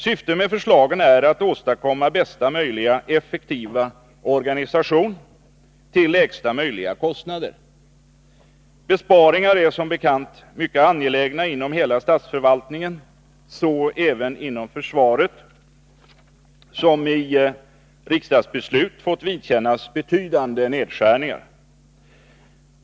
Syftet med förslagen är att åstadkomma bästa möjliga, effektiva organisation till lägsta möjliga kostnader. Besparingar är som bekant mycket angelägna inom hela statsförvaltningen — så även inom försvaret, som genom riksdagsbeslut fått vidkännas betydande nedskärningar.